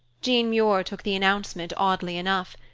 jean muir took the announcement oddly enough.